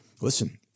listen